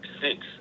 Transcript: six